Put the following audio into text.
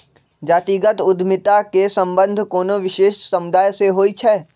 जातिगत उद्यमिता के संबंध कोनो विशेष समुदाय से होइ छै